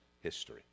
history